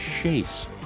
Chase